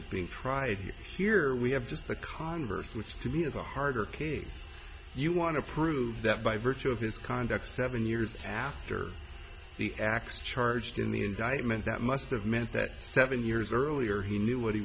e being prize here we have just the con birth which to me is a harder case you want to prove that by virtue of his conduct seven years after the acts charged in the indictment that must have meant that seven years earlier he knew what he